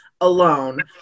alone